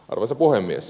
arvoisa puhemies